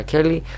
Kelly